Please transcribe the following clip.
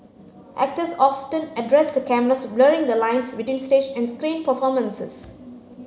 actors often addressed the cameras blurring the lines between stage and screen performances